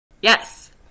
yes